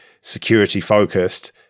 security-focused